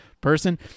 person